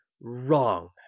Wrong